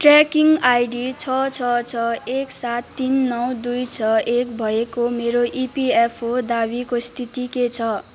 tracking ID छः छः छः एक सात तिन नौ दुई छः एक भएको मेरो इपिएफओ दावीको स्थिति के छ